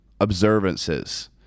observances